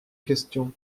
question